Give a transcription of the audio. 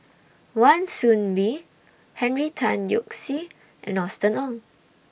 Wan Soon Bee Henry Tan Yoke See and Austen Ong